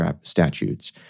statutes